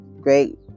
great